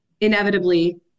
inevitably